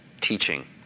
Teaching